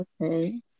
Okay